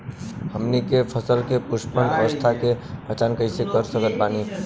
हमनी के फसल में पुष्पन अवस्था के पहचान कइसे कर सकत बानी?